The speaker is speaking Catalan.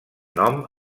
nom